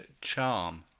charm